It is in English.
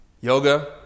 Yoga